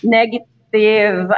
negative